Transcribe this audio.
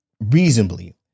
reasonably